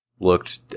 looked